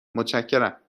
متشکرم